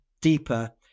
deeper